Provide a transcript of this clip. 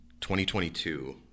2022